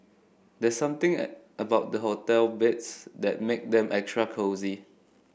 there's something at about the hotel beds that make them extra cosy